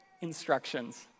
instructions